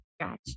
Gotcha